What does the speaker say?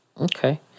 Okay